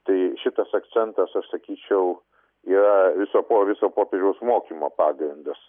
tai šitas akcentas aš sakyčiau yra viso ko viso popiežiaus mokymo pagrindas